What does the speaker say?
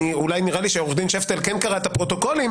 נראה לי שעורך דין שפטל כן קרא את הפרוטוקולים,